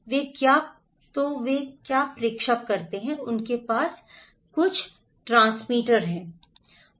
वे क्या प्रेषक करते हैं उनके पास कुछ ट्रांसमीटर है